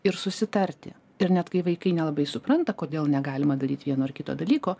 ir susitarti ir net kai vaikai nelabai supranta kodėl negalima daryt vieno ar kito dalyko